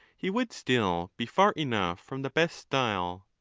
he would still be far enough from the best style.